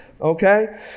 okay